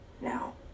now